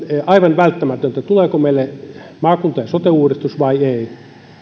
aivan välttämätöntä tulee meille maakunta ja sote uudistus tai ei